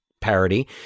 parody